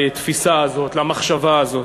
לתפיסה הזאת, למחשבה הזאת.